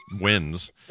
wins